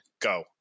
Go